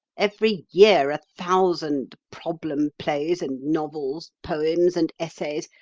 every year a thousand problem plays and novels, poems and essays,